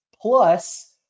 plus